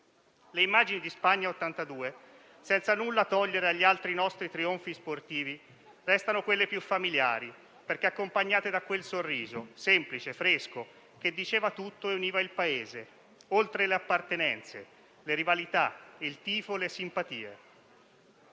Le immagini di Spagna '82, senza nulla togliere agli altri nostri trionfi sportivi, restano quelle più familiari, perché accompagnate da quel sorriso semplice, fresco, che diceva tutto e univa il Paese, oltre le appartenenze, le rivalità, il tifo, le simpatie.